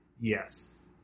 Yes